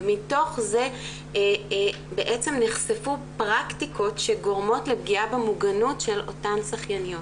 ומתוך זה בעצם נחשפו פרקטיקות שגורמות לפגיעה במוגנות של אותן שחייניות.